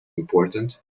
important